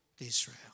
Israel